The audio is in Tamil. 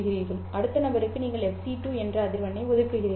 அடுத்த நபருக்கு நீங்கள் fc2 அதிர்வெண்ணை ஒதுக்குகிறீர்கள்